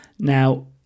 Now